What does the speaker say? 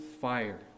fire